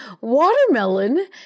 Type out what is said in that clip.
Watermelon